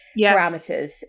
parameters